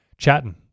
chatting